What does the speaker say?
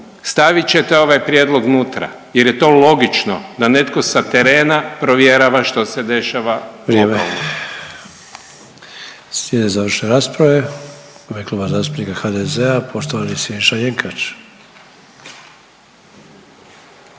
stavit ćete ovaj prijedlog unutra jer je to logično da netko sa terena provjerava što se dešava